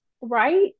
Right